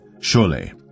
Surely